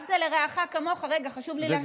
"ואהבת לרעך כמוך" רגע, חשוב לי להסביר.